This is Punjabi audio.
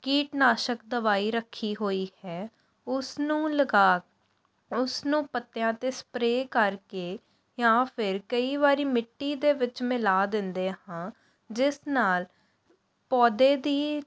ਕੀਟਨਾਸ਼ਕ ਦਵਾਈ ਰੱਖੀ ਹੋਈ ਹੈ ਉਸ ਨੂੰ ਲਗਾ ਉਸ ਨੂੰ ਪੱਤਿਆਂ 'ਤੇ ਸਪਰੇਅ ਕਰਕੇ ਜਾਂ ਫਿਰ ਕਈ ਵਾਰੀ ਮਿੱਟੀ ਦੇ ਵਿੱਚ ਮਿਲਾ ਦਿੰਦੇ ਹਾਂ ਜਿਸ ਨਾਲ ਪੌਦੇ ਦੀ